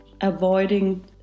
avoiding